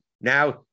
now